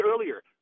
earlier